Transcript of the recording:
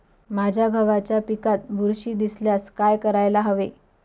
माझ्या गव्हाच्या पिकात बुरशी दिसल्यास काय करायला हवे?